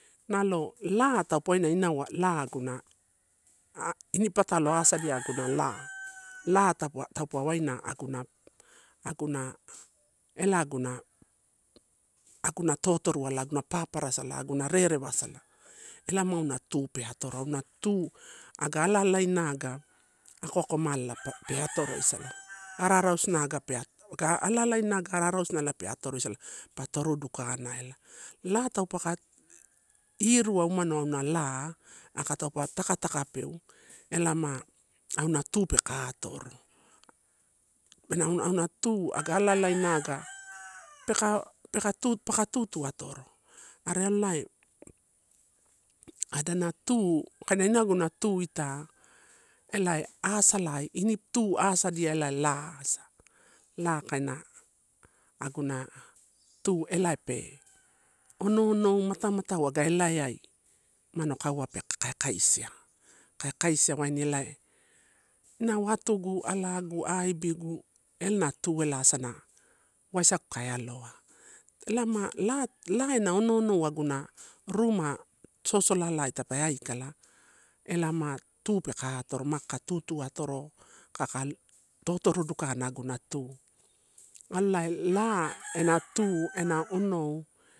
Nalo la taupe waina, inau la aguna, ini ppatalo asadiai aguna elae tapua tapua aguna, aguna ela guna aguna totorualai aguna paparasalai, aguna rerewasala ela ma auna tu pe atoro. Auna tu aga alalainai aga ako akomala pe atoro esala. Arara suna aga peia ga alalainai aga ako akomala pe atoroisala, ararausuna agepe, ala alalinai aga ararausunai pe atoroisala pa toru dukana. La taupe ka irua aumano auna la aka taupe takatakapeu ela ma auna tu peka atoro. Auna-auna tu aga ala alalaina aga peka, paka tutuatoro are alai, adanatu, kainaguna tu ita elai asalai ini tuasadiai ela la asa. La kaina aguna tu elaepe, ono onou, matamata wagai elaiai mano kauwa pe ka ka kaisia, kai kaisia waini elae, inau atugu, alagu, aibigu ela na tu elae asana waisau ka aloa, ela ma la ena ono onou agu na ruma sosolai tape akala ela ma tu peka atoro, ma ka tutu atoro kaka totorudukana aguna tu. Alai la ena tu, ena onou.